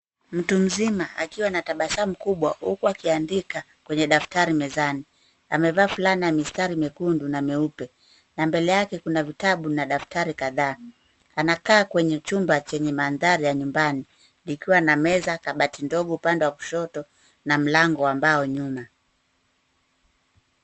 Mtui mzima akiwa na tabasamu kubwa huku akiandika kwenye daftari mezani. Amevaa fulana ya mistari mekundu na meupe na mbele yake kuna vitabu na daftari kadhaa. Anakaa kwenye chumba chenye manthari ya nyumbani likiwa na meza, kabati ndogo upande wa kushoto na mlango wa mbao nyuma.